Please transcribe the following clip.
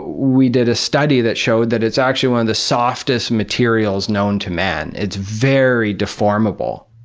we did a study that showed that it's actually one of the softest materials known to man it's very deformable.